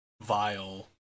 vile